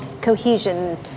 cohesion